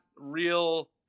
real